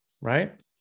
right